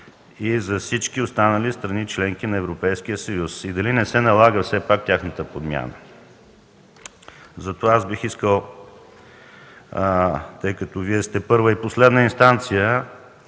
и за всички останали страни – членки на Европейския съюз, и дали не се налага все пак тяхната подмяна? Затова бих искал, тъй като Вие сте първа и последна инстанция